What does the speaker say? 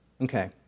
Okay